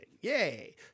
yay